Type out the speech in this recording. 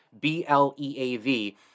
B-L-E-A-V